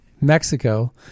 Mexico—